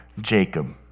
Jacob